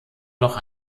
noch